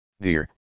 Dear